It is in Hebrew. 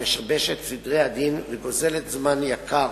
המשבשת את סדרי הדיון וגוזלת זמן יקר